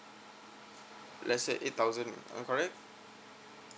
let's say eight thousand correct